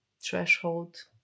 threshold